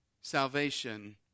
salvation